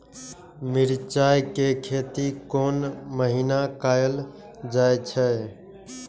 मिरचाय के खेती कोन महीना कायल जाय छै?